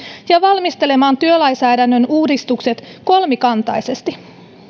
ja valmistelemaan työlainsäädännön uudistukset kolmikantaisesti